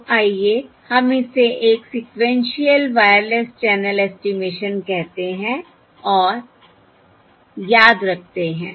तो आइए हम इसे एक सीक्वेन्शिअल वायरलेस चैनल ऐस्टीमेशन कहते हैं और याद रखते हैं